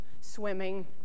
swimming